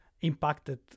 impacted